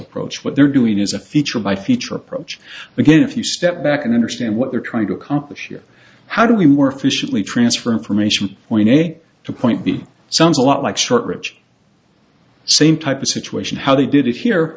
approach what they're doing is a feature by feature approach again if you step back and understand what they're trying to accomplish here how do we more efficiently transfer information we need to point b sounds a lot like short rich same type of situation how they did